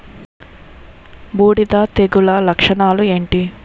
బూడిద తెగుల లక్షణాలు ఏంటి?